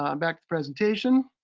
um back to presentation.